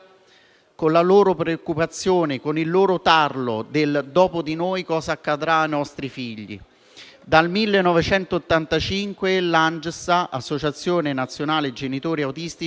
con la loro preoccupazione, con il tarlo del «dopo di noi cosa accadrà ai nostri figli». Dal 1985 l'ANGSA (Associazione nazionale genitori autistici)